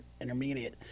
intermediate